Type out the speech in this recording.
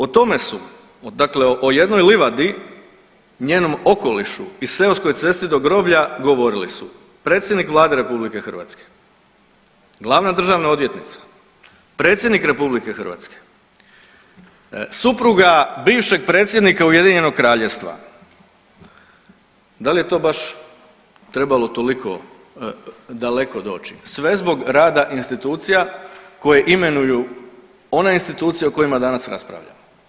O tome su, dakle o jednoj livadi, njenom okolišu i seoskoj cesti do groblja govorili su predsjednik Vlade RH, glavna državna odvjetnica, predsjednik RH, supruga bivšeg predsjednika Ujedinjenog Kraljevstva, da li je to baš trebalo toliko daleko doći, sve zbog rada institucija koje imenuju one institucije o kojima danas raspravljamo.